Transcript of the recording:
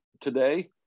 today